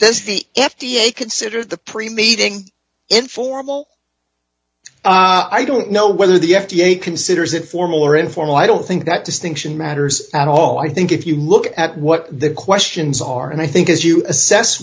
says the f d a consider the pre meeting informal i don't know whether the f d a considers it formal or informal i don't think that distinction matters at all i think if you look at what the questions are and i think as you assess